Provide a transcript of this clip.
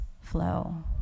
flow